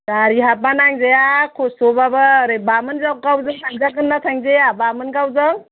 गारि हाबोबा नांजाया खस्थ'बाबो ओरै बामोनगावजों थांजागोन ना थांजाया बामोनगावजों